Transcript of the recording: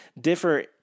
differ